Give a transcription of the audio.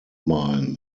mine